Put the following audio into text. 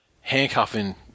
handcuffing